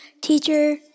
teacher